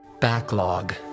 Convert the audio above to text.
Backlog